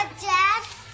Dad